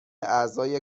اعضای